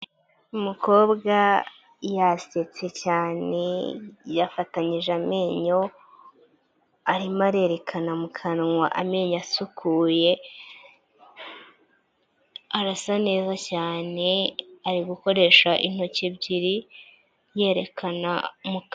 Umukobwa yasetse cyane yafatanyije amenyo, arimo arerekana mu kanwa amenyo asukuye, arasa neza cyane, ari gukoresha intoki ebyiri yerekana.